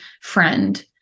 friend